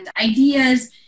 ideas